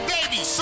Baby